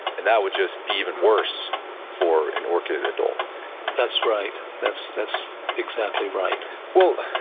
and that would just be even worse for an orchid adult that's right. that's that's exactly right well,